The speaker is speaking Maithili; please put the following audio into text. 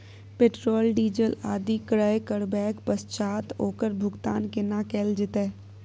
पेट्रोल, डीजल आदि क्रय करबैक पश्चात ओकर भुगतान केना कैल जेतै?